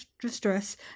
distress